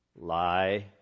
Lie